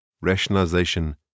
rationalization